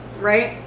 Right